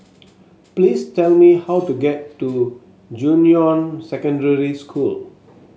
please tell me how to get to Junyuan Secondary School